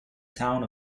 town